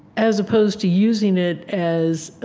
as opposed to using it as